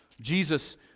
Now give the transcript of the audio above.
Jesus